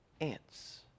ants